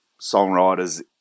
songwriters